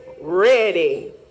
ready